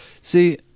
See